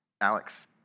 Alex